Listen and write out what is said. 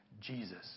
Jesus